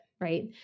right